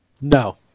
No